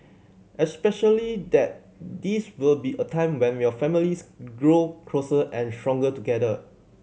especially that this will be a time when your families grow closer and stronger together